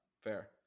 Fair